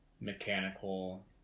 mechanical